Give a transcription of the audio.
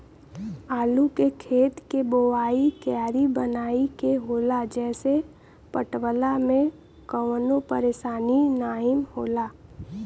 आलू के खेत के बोवाइ क्यारी बनाई के होला जेसे पटवला में कवनो परेशानी नाहीम होला